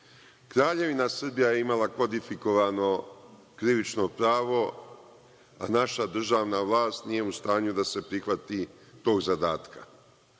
Kraljevina Srbija je imala kodifikovano krivično pravo a naša državna vlast nije u stanju da se prihvati tog zadatka. Zato